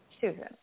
Susan